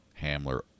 Hamler